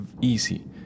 easy